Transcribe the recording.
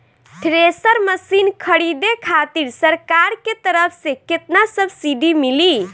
Thresher machine खरीदे खातिर सरकार के तरफ से केतना सब्सीडी मिली?